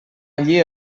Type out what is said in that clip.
allí